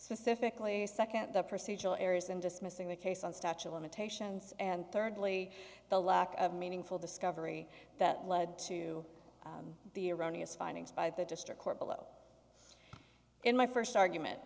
specifically second the procedural errors in dismissing the case on statue limitations and thirdly the lack of meaningful discovery that led to the erroneous findings by the district court below in my first argument